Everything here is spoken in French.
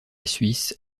suisse